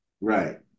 Right